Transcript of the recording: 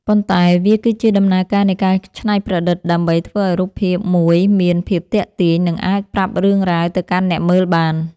ប៉ុន្តែវាគឺជាដំណើរការនៃការច្នៃប្រឌិតដើម្បីធ្វើឱ្យរូបភាពមួយមានភាពទាក់ទាញ និងអាចប្រាប់រឿងរ៉ាវទៅកាន់អ្នកមើលបាន។